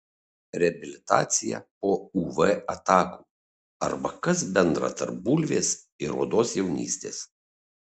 reabilitacija po uv atakų arba kas bendra tarp bulvės ir odos jaunystės